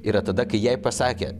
yra tada kai jai pasakė